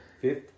Fifth